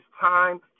time